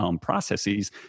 processes